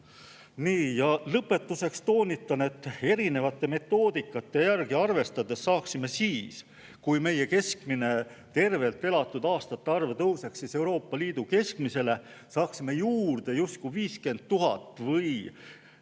Lõpetuseks toonitan, et erinevate metoodikate järgi arvestades saaksime siis, kui meie keskmine tervelt elatud aastate arv tõuseks Euroopa Liidu keskmisele [tasemele], juurde justkui 50 000 või,